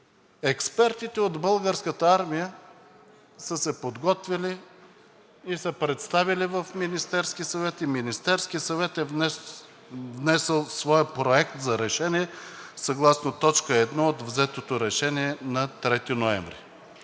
Експертите от българската армия са се подготвили и са представили в Министерския съвет и Министерският съвет е внесъл своя проект за решение съгласно точка първа от взетото решение на 3 ноември